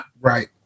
Right